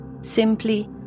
simply